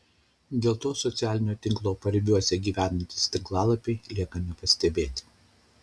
dėl to socialinio tinklo paribiuose gyvuojantys tinklalapiai lieka nepastebėti